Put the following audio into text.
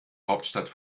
hauptstadt